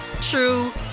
true